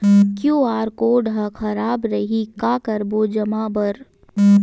QR code हा खराब रही का करबो जमा बर?